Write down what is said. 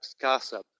gossip